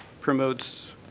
promotes